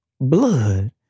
blood